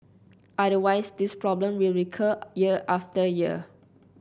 otherwise this problem will recur year after year